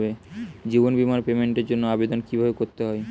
জীবন বীমার পেমেন্টের জন্য আবেদন কিভাবে করতে হয়?